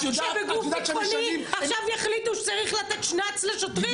שבגוף ביטחוני עכשיו יחליטו שצריך לתת שנ"צ לשוטרים?